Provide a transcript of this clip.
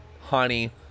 honey